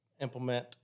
implement